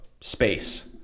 space